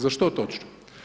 Za što točno?